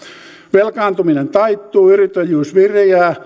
velkaantuminen taittuu yrittäjyys viriää